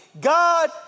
God